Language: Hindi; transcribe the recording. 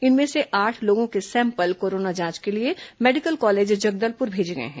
इनमें से आठ लोगों के सैंपल कोरोना जांच के लिए मेडिकल कॉलेज जगदलपुर भेजे गए हैं